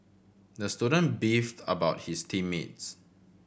the student beefed about his team mates